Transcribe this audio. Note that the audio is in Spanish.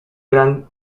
gran